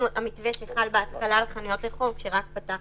זאת נקודה